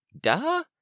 duh